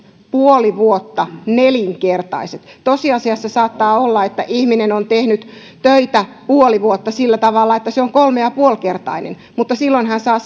puoli vuotta nelinkertaiset tosiasiassa saattaa olla että ihminen on tehnyt töitä puoli vuotta sillä tavalla että ne ovat kolme ja puoli kertaiset mutta silloin hän saa